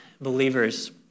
believers